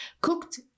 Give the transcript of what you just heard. Cooked